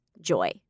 joy